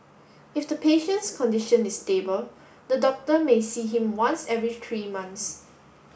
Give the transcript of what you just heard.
if the patient's condition is stable the doctor may see him once every tree months